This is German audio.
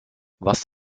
was